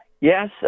Yes